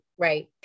Right